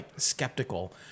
skeptical